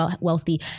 wealthy